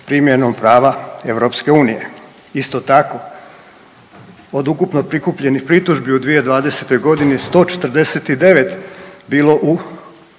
primjenom prava EU, isto tako od ukupno prikupljenih pritužbi u 2020. godini 149 bilo u